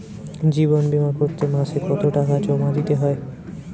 জীবন বিমা করতে মাসে কতো টাকা জমা দিতে হয়?